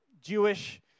Jewish